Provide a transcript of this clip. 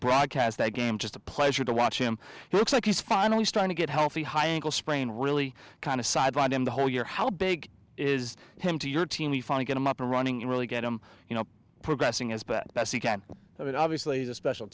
broadcast that game just a pleasure to watch him he looks like he's finally starting to get healthy high ankle sprain really kind of sidelined him the whole year how big is him to your team we finally get him up and running you really get him you know progressing as but that he can i mean obviously is a special